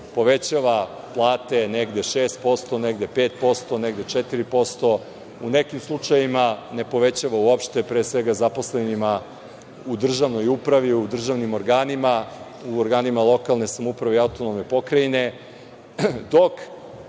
povećava plate, negde 6%, negde 5%, negde 4%, u nekim slučajevima ne povećava uopšte, pre svega zaposlenima u državnoj upravi, u državnim organima, u ogranima lokalne samouprave i autonomne pokrajine.